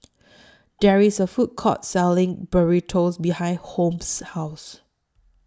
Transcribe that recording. There IS A Food Court Selling Burrito behind Holmes' House